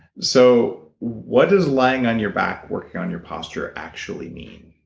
so what does lying on your back working on your posture actually mean?